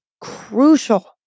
crucial